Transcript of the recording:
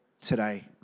today